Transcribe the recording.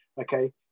okay